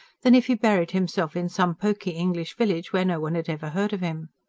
than if he buried himself in some poky english village where no one had ever heard of him.